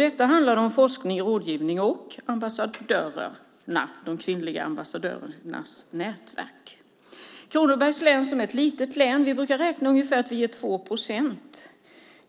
Detta handlade ju om forskning, rådgivning och de kvinnliga ambassadörerna och deras nätverk. Kronobergs län är ett litet län. Vi brukar räkna med att vi utgör ungefär 2 procent.